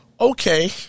Okay